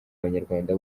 abanyarwanda